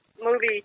movie